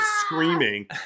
screaming